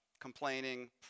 complaining